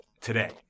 today